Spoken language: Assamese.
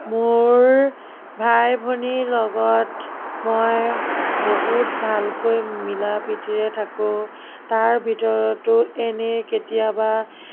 মোৰ ভাই ভনীৰ লগত মই বহুত ভালকৈ মিলা প্ৰীতিৰে থাকোঁ তাৰ ভিতৰতো এনেই কেতিয়াবা